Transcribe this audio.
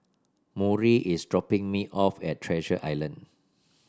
Murry is dropping me off at Treasure Island